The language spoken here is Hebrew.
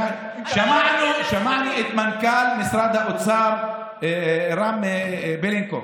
שמענו, שמענו את מנכ"ל משרד האוצר רם בלינקוב